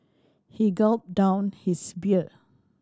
he gulped down his beer